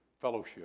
fellowship